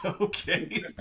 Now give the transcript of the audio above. Okay